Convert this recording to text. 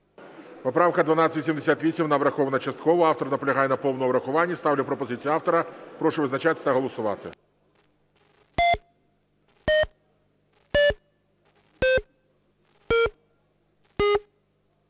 Поправка 1288, вона врахована частково, автор наполягає на повному врахуванні. Ставлю пропозицію автора. Прошу визначатись та голосувати.